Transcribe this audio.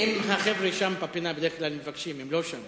החבר'ה שם בפינה בדרך כלל מבקשים, אבל הם לא שם.